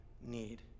need